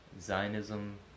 Zionism